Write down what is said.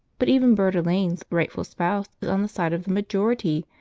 but even burd alane's rightful spouse is on the side of the majority,